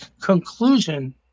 conclusion